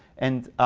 and